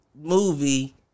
movie